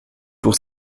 pour